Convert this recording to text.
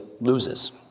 loses